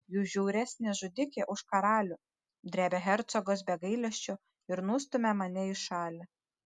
jūs žiauresnė žudikė už karalių drebia hercogas be gailesčio ir nustumia mane į šalį